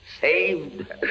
Saved